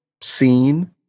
seen